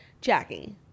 jackie